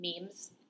memes